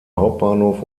hauptbahnhof